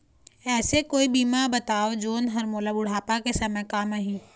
ऐसे कोई बीमा बताव जोन हर मोला बुढ़ापा के समय काम आही?